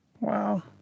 Wow